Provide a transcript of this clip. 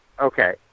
Okay